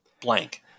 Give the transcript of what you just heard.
blank